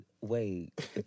Wait